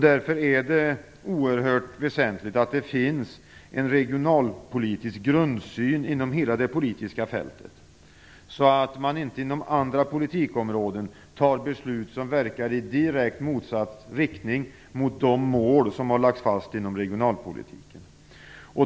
Därför är det oerhört väsentligt att det finns en regionalpolitisk grundsyn inom hela det politiska fältet, så att man inte inom andra politikområden fattar beslut som verkar i direkt motsatt riktning mot de mål som har lagts fast inom regionalpolitiken.